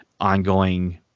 ongoing